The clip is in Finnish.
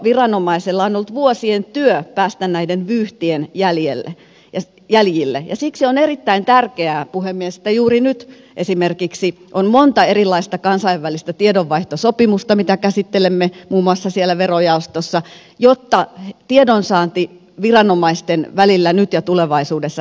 veroviranomaisella on ollut vuosien työ päästä näiden vyyhtien jäljille ja siksi on erittäin tärkeää puhemies että juuri nyt esimerkiksi on monta erilaista kansainvälistä tiedonvaihtosopimusta joita käsittelemme muun muassa siellä verojaostossa jotta tiedonsaanti viranomaisten välillä nyt ja tulevaisuudessa helpottuu